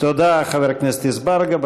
תודה, חבר הכנסת אזברגה.